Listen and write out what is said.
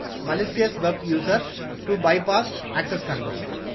malicious web users to bypass access controls.